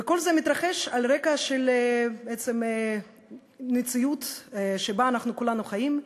וכל זה מתרחש על רקע של מציאות שבה אנחנו כולנו חיים,